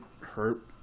hurt